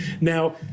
Now